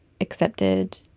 accepted